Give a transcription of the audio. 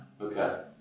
Okay